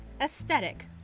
aesthetic